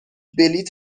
بلیت